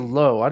low